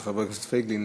של חבר הכנסת פייגלין,